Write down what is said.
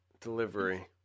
delivery